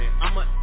I'ma